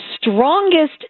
strongest